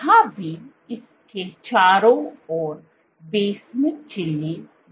यहां भी इसके चारों ओर बेसमेंट झिल्ली है